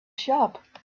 shop